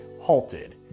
halted